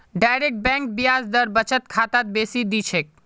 direct bank ब्याज दर बचत खातात बेसी दी छेक